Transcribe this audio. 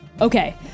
Okay